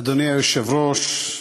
אדוני היושב-ראש,